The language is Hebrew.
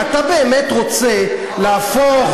אתה באמת רוצה להפוך